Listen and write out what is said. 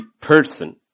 person